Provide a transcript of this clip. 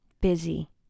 Busy